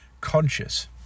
conscious